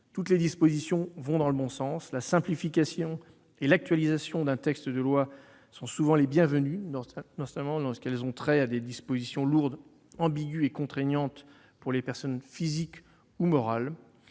Toutes ces dispositions vont dans le bon sens. La simplification et l'actualisation d'un texte de loi sont souvent les bienvenues, notamment lorsqu'elles ont trait à des mesures lourdes, ambiguës et contraignantes pour les personnalités physiques ou morales.